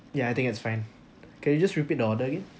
ya I think it's fine can you just repeat the order again